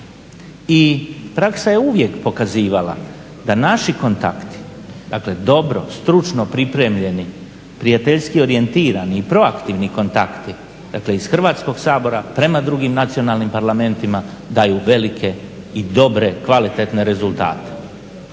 I praksa je uvijek pokazivala da naši kontakti dakle dobro, stručno pripremljeni, prijateljski orijentirani i proaktivni kontakti dakle iz Hrvatskog sabora prema drugim nacionalnim parlamentima daju velike i dobre, kvalitetne rezultate.